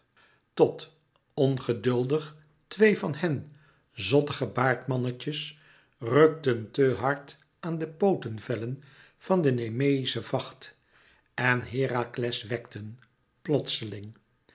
tot ongeduldig twee van hen zottige baardmannetjes rukten te hard aan de pootenvellen van den nemeïschen vacht en herakles wekten plotseling